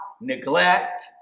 neglect